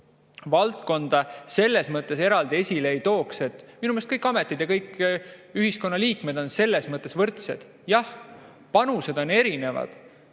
valdkonda selles mõttes eraldi esile ei tooks. Minu meelest on kõik ametid ja kõik ühiskonna liikmed selles mõttes võrdsed. Jah, panused on erinevad.